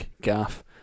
Gaff